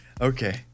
Okay